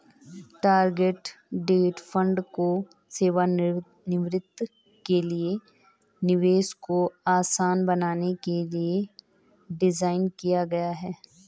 target date fund को सेवानिवृत्ति के लिए निवेश को आसान बनाने के लिए डिज़ाइन किया गया है